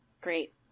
Great